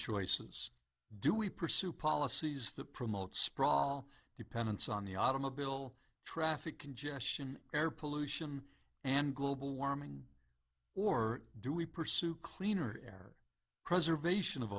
choices do we pursue policies that promote sprawl dependence on the automobile traffic congestion air pollution and global warming or do we pursue cleaner air preservation of